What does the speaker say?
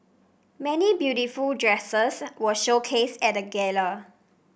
many beautiful dresses were showcased at gala